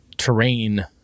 terrain